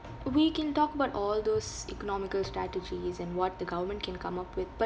we can talk about all those economical strategies and what the government can come up with but